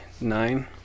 nine